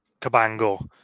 Cabango